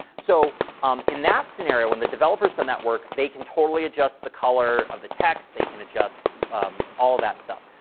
so um in that scenario, when the developers have done that work, they can totally adjust the color of the text. they can adjust all of that stuff.